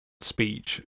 speech